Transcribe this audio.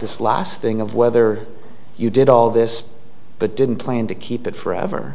this last thing of whether you did all this but didn't plan to keep it forever